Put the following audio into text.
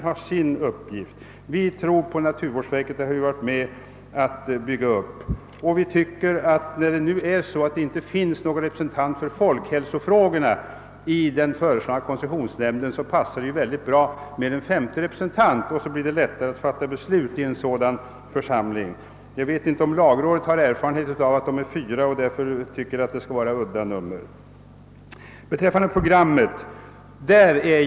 Vi har varit med om att bygga upp naturvårdsverket och vi tror på dess möjligheter. Men eftersom det inte finns någon representant för folkhälsofrågorna i den föreslagna koncessionsnämnden passar det mycket bra med en femte ledamot. Det blir då också lättare för nämnden att fatta beslut. Jag vet inte om lagrådet med sina fyra medlemmar har gjort den erfarenheten att det skulle vara lämpligt med ett udda antal ledamöter.